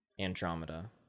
Andromeda